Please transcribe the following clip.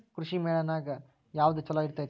ಕೃಷಿಮೇಳ ನ್ಯಾಗ ಯಾವ್ದ ಛಲೋ ಇರ್ತೆತಿ?